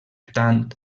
tant